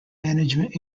management